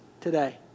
today